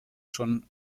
schon